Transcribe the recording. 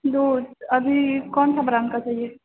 दूध अभी कौनसा ब्राण्ड का चाहिए